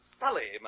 sully